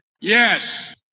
Yes